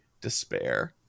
despair